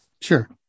Sure